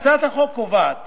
הצעת החוק קובעת